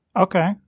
Okay